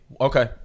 Okay